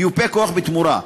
מיופה כוח בתמורה,